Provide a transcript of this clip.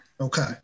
Okay